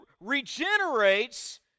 regenerates